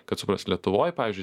kad suprast lietuvoj pavyzdžiui